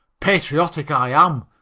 patriotic, i am,